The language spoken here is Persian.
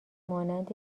مانند